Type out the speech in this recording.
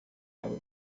ela